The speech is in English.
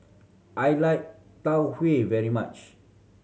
I like Tau Huay very much